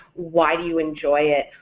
why do you enjoy it,